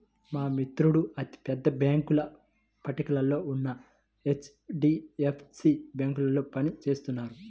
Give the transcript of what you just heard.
మా మిత్రుడు అతి పెద్ద బ్యేంకుల పట్టికలో ఉన్న హెచ్.డీ.ఎఫ్.సీ బ్యేంకులో పని చేస్తున్నాడు